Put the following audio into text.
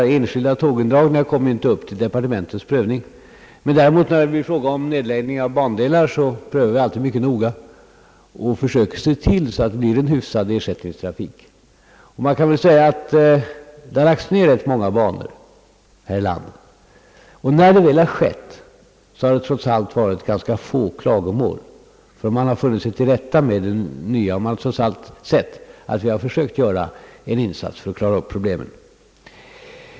Enskilda tågindragningar kommer inte upp till departementets prövning. När det däremot gäller nedläggning av bandelar gör vi ailiid en mycket noggrann prövning och försöker se till att en hygglig ersättningstrafik kommer till stånd. Det har lagts ned rätt många bandelar i vårt land, och när så skett har det trots allt förekommit ganska få klagomål. Man har nämligen funnit sig till rätta med det nya och sett att vi ändock försökt göra en insats för att klara upp problemen.